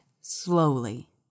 slowly